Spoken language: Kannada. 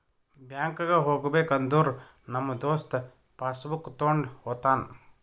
ಬ್ಯಾಂಕ್ಗ್ ಹೋಗ್ಬೇಕ ಅಂದುರ್ ನಮ್ ದೋಸ್ತ ಪಾಸ್ ಬುಕ್ ತೊಂಡ್ ಹೋತಾನ್